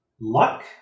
Luck